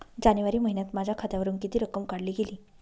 जानेवारी महिन्यात माझ्या खात्यावरुन किती रक्कम काढली गेली?